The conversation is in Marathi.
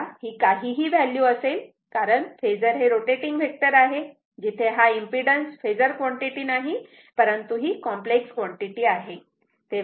तेव्हा ही काहीही व्हॅल्यू असेल कारण फेजर हे रोटेटिंग व्हेक्टर आहे जिथे हा इम्पीडन्स फेजर क्वांटिटी नाही परंतु ही कॉम्प्लेक्स क्वांटिटी आहे